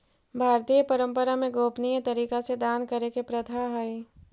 भारतीय परंपरा में गोपनीय तरीका से दान करे के प्रथा हई